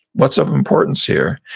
what's of importance here?